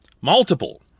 Multiple